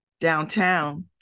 downtown